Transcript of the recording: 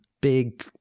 big